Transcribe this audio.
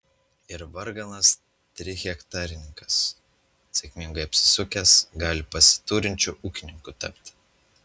ir varganas trihektarininkas sėkmingai apsisukęs gali pasiturinčiu ūkininku tapti